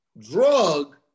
Drug